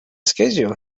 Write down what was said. schedule